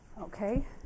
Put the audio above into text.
Okay